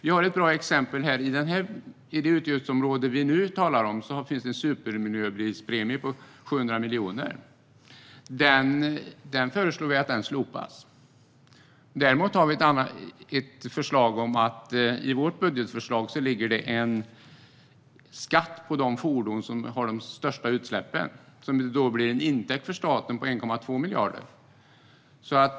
Vi har ett bra exempel: I det utgiftsområde vi nu talar om finns det en supermiljöbilspremie på 700 miljoner. Den föreslår vi ska slopas. Däremot ligger det i vårt budgetalternativ ett förslag om en skatt på de fordon som har de största utsläppen. Det blir en intäkt till staten på 1,2 miljarder.